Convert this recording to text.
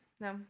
No